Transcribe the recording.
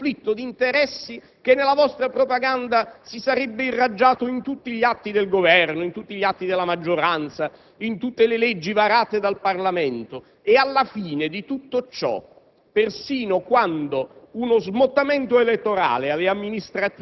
anni tenuto a bersaglio come il protagonista di un conflitto d'interessi che, secondo la vostra propaganda, si sarebbe irradiato a tutti gli atti del Governo e della maggioranza e a tutte le leggi varate dal Parlamento. Alla fine di tutto ciò,